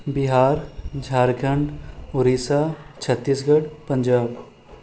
Bihar Jharkhand Odisha Chhattisgarh Punjab